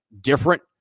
different